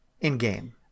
in-game